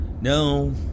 No